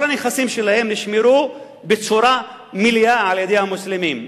כל הנכסים שלהם נשמרו בצורה מלאה על-ידי המוסלמים.